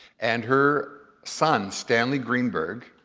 and her son, stanley greenberg,